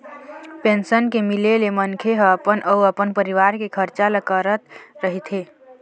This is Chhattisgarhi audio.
पेंशन के मिले ले मनखे ह अपन अउ अपन परिवार के खरचा ल करत रहिथे